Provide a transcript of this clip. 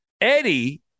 Eddie